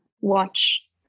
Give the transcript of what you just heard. watch